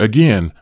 Again